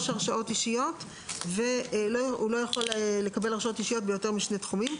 הרשאות אישיות והוא לא יכול לקבל הרשאות אישיות ביותר משני תחומים.